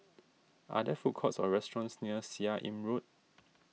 are there food courts or restaurants near Seah Im Road